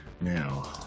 Now